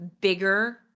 bigger